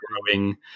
growing